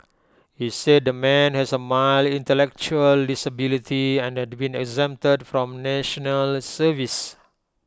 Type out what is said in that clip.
he said the man has A mild intellectual disability and had been exempted from National Service